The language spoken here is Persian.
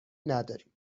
نداریم